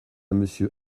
monsieur